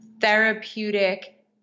therapeutic